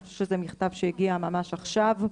אני חושבת שזה מכתב שהגיע ממש עכשיו.